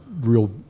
real